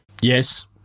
Yes